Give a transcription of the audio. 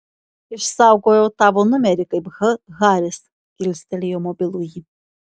išsaugojau tavo numerį kaip h haris kilstelėjo mobilųjį